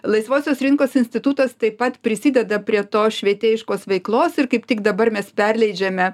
laisvosios rinkos institutas taip pat prisideda prie tos švietėjiškos veiklos ir kaip tik dabar mes perleidžiame